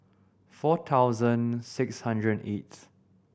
four thousand six hundred and eighth